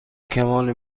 کمال